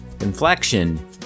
inflection